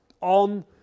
on